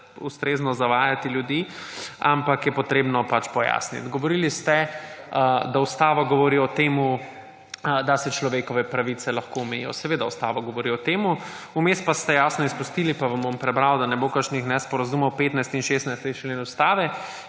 ustrezno zavajati ljudi, ampak je treba pač pojasniti. Govorili ste, da ustava govori o tem, da se človekove pravice lahko omejijo. Seveda, ustava govori o tem. Vmes pa ste jasno izpustili, pa vam bom prebral, da ne bo kakšnih nesporazumov, 15. in 16. člen Ustave,